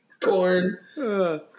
Corn